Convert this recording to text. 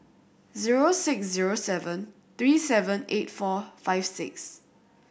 zero six zero seven three seven eight four five six